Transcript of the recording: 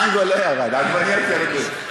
מנגו לא ירד, עגבניות ירדו.